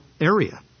area